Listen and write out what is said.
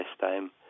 time